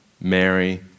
Mary